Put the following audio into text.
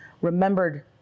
remembered